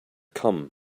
come